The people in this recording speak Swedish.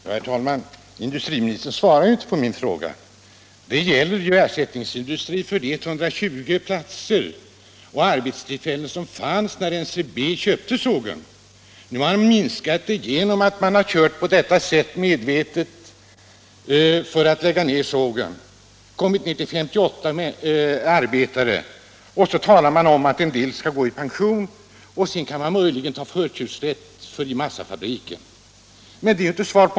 Herr talman! Industriministern svarar inte på min fråga. Det gäller att få ersättningsindustri för de 120 arbetstillfällen som fanns när NCB köpte sågen. Nu har man minskat detta antal genom att medvetet driva sågen mot en nedläggning och därmed kommit ned i 58 arbetare. Industriministern säger i sitt svar att en del av dessa äldre garanteras arbete vid sulfatfabriken fram till pensionen, andra som vill flytta ges förtur till anställning vid företagets övriga sågverk.